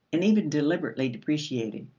and even deliberately depreciated.